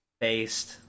Based